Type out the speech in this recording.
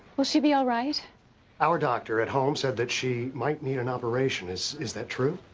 will she be all right our doctor at home said that she might need an operation. is is that true?